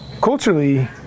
culturally